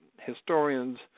historians